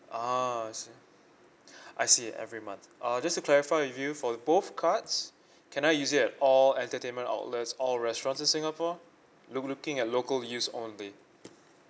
oh I see I see every month uh just to clarify with you for the both cards can I use it at all entertainment outlets all restaurants in singapore look looking at local use only